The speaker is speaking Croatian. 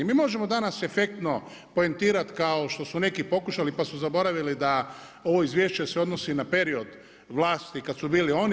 Mi možemo danas efektno poentirati kao što su neki pokušali pa su zaboravili da ovo izvješće se odnosi na period vlasti kad su bili oni.